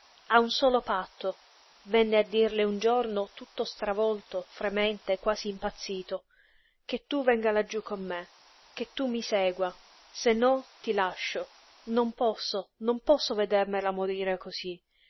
a un solo patto venne a dirle un giorno tutto stravolto fremente quasi impazzito che tu venga laggiú con me che tu mi segua se no ti lascio non posso non posso vedermela morire cosí